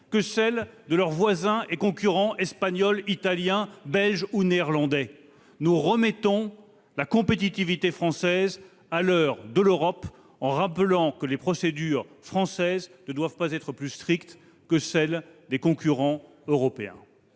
que celles de leurs voisins et concurrents espagnols, italiens, belges ou néerlandais. Nous remettons la compétitivité française à l'heure de l'Europe, en rappelant que les procédures françaises ne doivent pas être plus strictes que celles des concurrents européens.